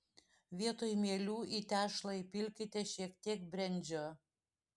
vietoj mielių į tešlą įpilkite šiek tiek brendžio